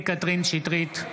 שטרית,